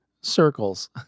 circles